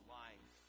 life